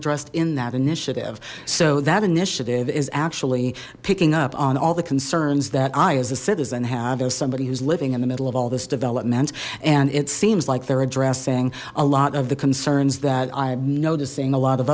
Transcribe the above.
addressed in that initiative so that initiative is actually picking up on all the concerns that i as a citizen have as somebody who's living in the middle of all this development and it seems like they're addressing a lot of the concerns that i'm noticing a lot of